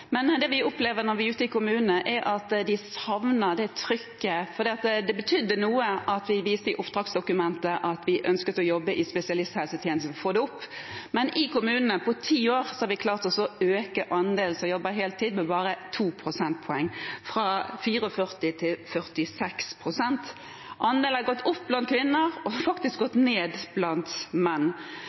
men det vi opplever når vi er ute i kommunene, er at de savner et større trykk, fordi det betydde noe da vi i oppdragsdokumentet viste at vi ønsket å jobbe for å få en økning i spesialisthelsetjenesten. I kommunene har vi på ti år klart å øke andelen som jobber heltid, med bare to prosentpoeng, fra 44 pst. til 46 pst. Andelen har gått opp blant kvinner og faktisk gått ned blant menn.